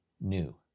new